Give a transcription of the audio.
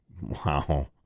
wow